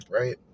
right